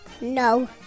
No